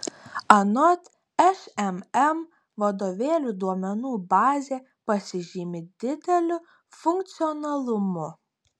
anot šmm vadovėlių duomenų bazė pasižymi dideliu funkcionalumu